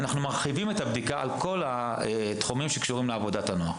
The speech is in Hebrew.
אנחנו מרחיבים את הבדיקה לכל התחומים שקשורים לעבודת הנוער.